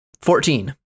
Fourteen